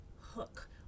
hook